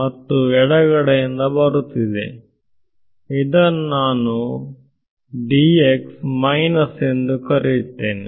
ಮತ್ತು ಎಡಗಡೆಯಿಂದ ಬರುತ್ತಿದೆ ಇದನ್ನು ನಾನು ಎಂದು ಕರೆಯುತ್ತೇನೆ